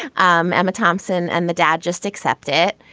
um emma thompson and the dad just accept it.